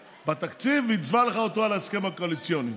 בתקציב ויצבע לך אותו על ההסכם הקואליציוני.